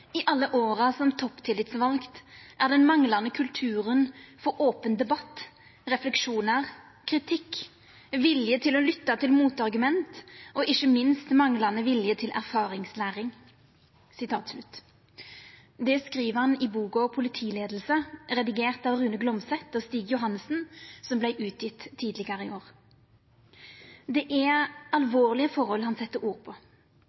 i alle åra som topptillitsvalgt er den manglande kulturen for open debatt, refleksjonar, kritikk, vilje til å lytta til motargument og ikkje minst manglende vilje til erfaringslæring.» Det skriv han i boka Politiledelse, redigert av Rune Glomseth og Stig Johannessen, som vart utgjeven tidlegere i år. Det er alvorlege forhold han set ord på.